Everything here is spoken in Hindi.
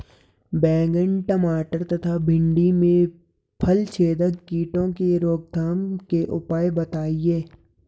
बैंगन टमाटर तथा भिन्डी में फलछेदक कीटों की रोकथाम के उपाय बताइए?